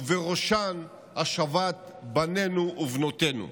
ובראשן השבת בנינו ובנותינו.